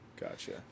Gotcha